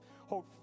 hold